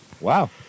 Wow